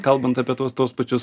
kalbant apie tuos tuos pačius